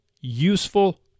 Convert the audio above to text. useful